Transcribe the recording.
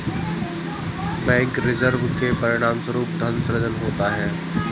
bank reserve के परिणामस्वरूप धन सृजन होता है